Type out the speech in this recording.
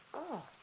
oh.